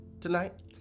tonight